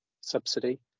subsidy